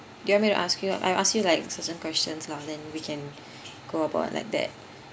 you want me to ask you I ask you like certain questions lah then we can go up orh like that